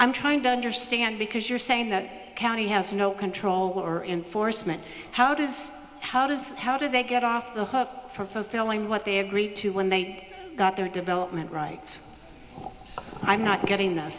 i'm trying to understand because you're saying that county has no control or in foresman how does how does how do they get off the hook for fulfilling what they agreed to when they got their development rights i'm not getting